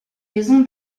maison